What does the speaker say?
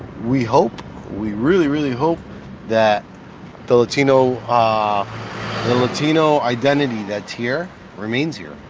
we hope we really, really hope that the latino ah latino identity that's here remains here,